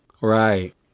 Right